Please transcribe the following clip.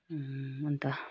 अन्त